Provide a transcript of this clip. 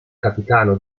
capitano